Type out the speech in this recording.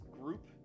group